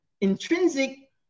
intrinsic